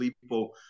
people